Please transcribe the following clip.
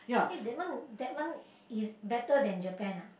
eh that one that one is better than Japan ah